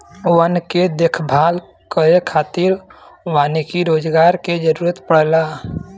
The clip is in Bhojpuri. वन के देखभाल करे खातिर वानिकी रोजगार के जरुरत पड़ला